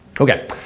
Okay